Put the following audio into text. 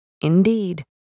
indeed